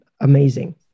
Amazing